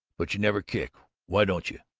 but you never kick. why don't you?